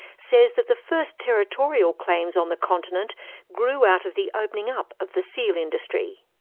says that the first territorial claims on the continent grew out of the opening up of the seal industry.